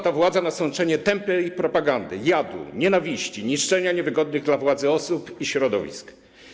Ta władza pozwala na sączenie tępej propagandy, jadu, nienawiści, niszczenie niewygodnych dla władzy osób i środowisk.